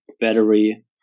battery